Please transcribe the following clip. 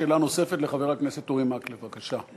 שאלה נוספת לחבר הכנסת אורי מקלב, בבקשה.